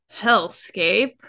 hellscape